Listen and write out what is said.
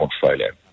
portfolio